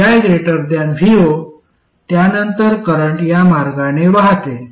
vi vo त्यानंतर current या मार्गाने वाहते